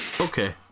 Okay